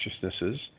consciousnesses